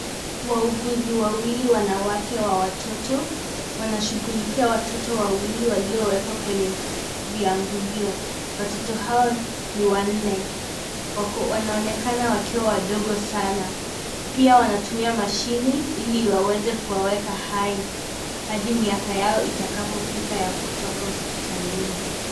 Wauguzi wawili wa jinsia ya kike wa watoto wanawashughulikia watoto wawili waliowekwa kwenye viangulio. Kuna watoto wanne wanaoonekana kuwa wachanga sana . Pia ,wauguzi wanatumia mashine za kuwaweka watoto hao hai hadi watakapofikisha miaka ya kutoka hospitalini.